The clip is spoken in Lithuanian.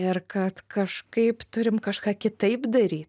ir kad kažkaip turim kažką kitaip daryt